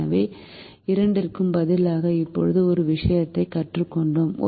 எனவே இரண்டிற்கு பதிலாக இப்போது ஒரு விஷயத்தைக் கற்றுக்கொண்டோம்